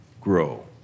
grow